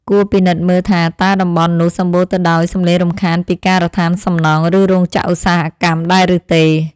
គួរពិនិត្យមើលថាតើតំបន់នោះសម្បូរទៅដោយសម្លេងរំខានពីការដ្ឋានសំណង់ ឬរោងចក្រឧស្សាហកម្មដែរឬទេ។